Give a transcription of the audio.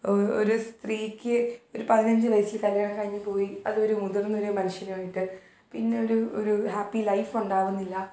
ഒരു സ്ത്രീക്ക് ഒരു പതിനഞ്ച് വയസ്സിൽ കല്യാണം കഴിഞ്ഞുപോയി അതൊരു മുതിർന്നൊരു മനുഷ്യനുവായിട്ട് പിന്നെ ഒരു ഒരു ഹാപ്പി ലൈഫൊണ്ടാവുന്നില്ല